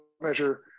measure